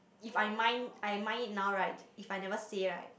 if I mind I mind it now right if I never say right